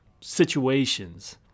situations